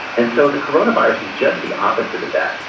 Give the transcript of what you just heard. and so the corona virus is just the opposite of that.